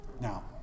Now